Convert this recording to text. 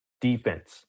defense